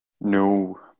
No